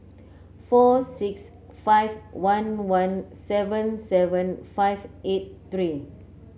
four six five one one seven seven five eight three